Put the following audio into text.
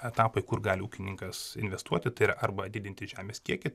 etapai kur gali ūkininkas investuoti tai yra arba didinti žemės kiekį